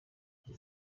uyu